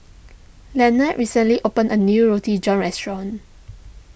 Leonard recently opened a new Roti John restaurant